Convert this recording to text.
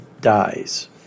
dies